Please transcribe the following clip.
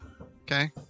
Okay